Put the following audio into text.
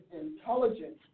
intelligence